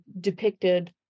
depicted